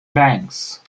banks